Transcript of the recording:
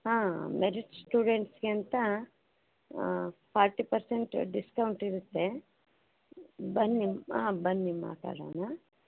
ಹಾಂ ಮೆರಿಟ್ ಸ್ಟೂಡೆಂಟ್ಸ್ಗೆ ಅಂತ ಫೋರ್ಟಿ ಪರ್ಸೆಟೆಂಜ್ ಡಿಸ್ಕೌಂಟ್ ಇರುತ್ತೆ ಬನ್ನಿ ಆಂ ಬನ್ನಿ ಮಾತಾಡೋಣ